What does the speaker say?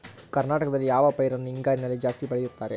ಕರ್ನಾಟಕದಲ್ಲಿ ಯಾವ ಪೈರನ್ನು ಹಿಂಗಾರಿನಲ್ಲಿ ಜಾಸ್ತಿ ಬೆಳೆಯುತ್ತಾರೆ?